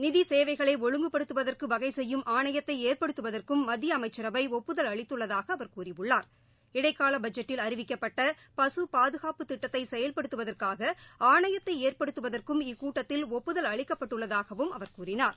நிதி சேவைகளை ஒழுங்குபடுத்துவதற்கு வகை செய்யும் ஆணையத்தை ஏற்படுத்துவதற்கும் மத்திய அமைச்சரவை ஒப்புதல் அளித்துள்ளதாக அவர் கூறியுள்ளார் இடைக்கால பட்ஜெட்டில் அறிவிக்கப்பட்ட பக பாதுகாப்பு திட்டத்தை செயல்படுத்துவதற்காக ஆணையத்தை ஏற்படுத்துவதற்கும் இக்கூட்டத்தில் ஒப்புதல் அளிக்கப்பட்டுள்ளதாகவும் அவர் கூறினார்